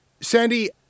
Sandy